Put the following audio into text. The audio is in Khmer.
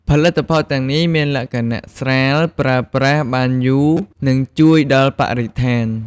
ផលិតផលទាំងនេះមានលក្ខណៈស្រាល ប្រើប្រាស់បានយូរ និងជួយដល់បរិស្ថាន។